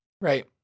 right